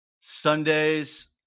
Sundays